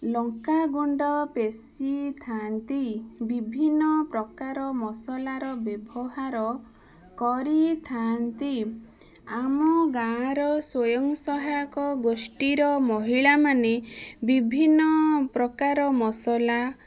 ଲଙ୍କା ଗୁଣ୍ଡ ପେସିଥାଆନ୍ତି ବିଭିନ୍ନପ୍ରକାର ମସଲାର ବ୍ୟବହାର କରିଥାଆନ୍ତି ଆମ ଗାଁର ସ୍ଵୟଂ ସହାୟକ ଗୋଷ୍ଠିର ମହିଳାମାନେ ବିଭିନ୍ନପ୍ରକାର ମସଲା